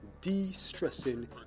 De-stressing